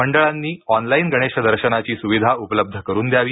मंडळांनी अॅनलाईन गणेश दर्शनाची सुविधा उपलब्ध करून द्यावी